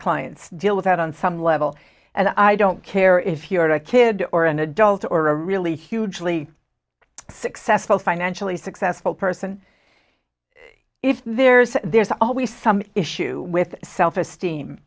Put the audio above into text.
clients deal with that on some level and i don't care if you're a kid or an adult or a really hugely successful financially successful person if there's there's always some issue with self esteem